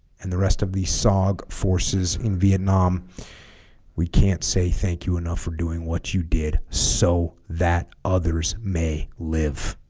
and the rest of these sog forces in vietnam we can't say thank you enough for doing what you did so that others may live